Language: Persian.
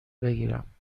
بگیرم